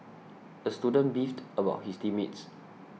the student beefed about his team mates